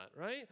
right